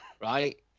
right